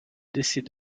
décès